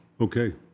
Okay